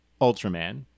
Ultraman